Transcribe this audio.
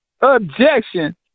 objection